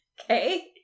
Okay